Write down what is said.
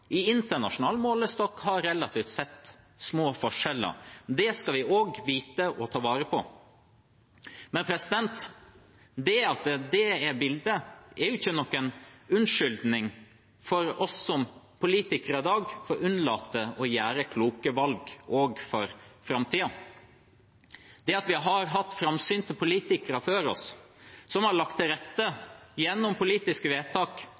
i internasjonal målestokk relativt sett har små forskjeller. Det skal vi også vite å ta vare på. Men at det er bildet, er ikke noen unnskyldning for oss som er politikere i dag, til å unnlate å ta kloke valg, også for framtiden. Det at vi har hatt framsynte politikere før oss, som gjennom politiske vedtak har lagt til